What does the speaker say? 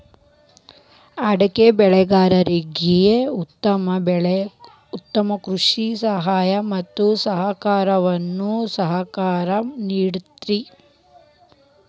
ಅಡಿಕೆ ಬೆಳೆಗಾರರಿಗೆ ಉತ್ತಮ ಕೃಷಿ ಸಲಹೆ ಮತ್ತ ಸಹಕಾರವನ್ನು ಸರ್ಕಾರ ನಿಡತೈತಿ